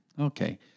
Okay